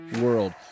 world